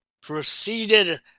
proceeded